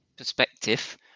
perspective